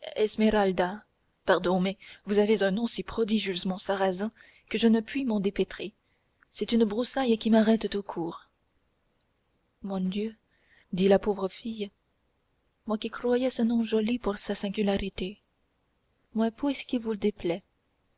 pardon mais vous avez un nom si prodigieusement sarrazin que je ne puis m'en dépêtrer c'est une broussaille qui m'arrête tout court mon dieu dit la pauvre fille moi qui croyais ce nom joli pour sa singularité mais puisqu'il vous déplaît